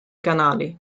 canali